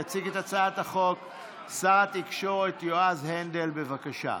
יציג את הצעת החוק שר התקשורת יועז הנדל, בבקשה.